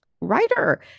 writer